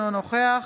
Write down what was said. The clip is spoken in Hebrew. אינו נוכח